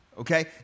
Okay